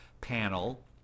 panel